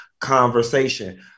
conversation